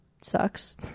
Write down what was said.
sucks